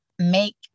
make